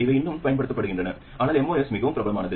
இவை இன்னும் பயன்படுத்தப்படுகின்றன ஆனால் MOS மிகவும் பிரபலமானது